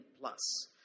plus